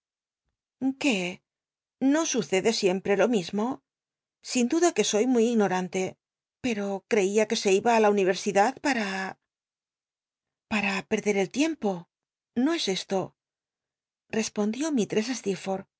no sucede siempre lo mismo sin duda que soy muy ignorante pero crcia que se iba i la un ircrsidacl para para perdl r el tiempo nó es esto responfue